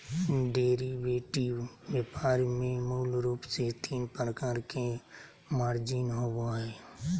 derivative व्यापार में मूल रूप से तीन प्रकार के मार्जिन होबो हइ